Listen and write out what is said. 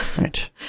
Right